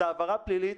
זאת עבירה פלילית,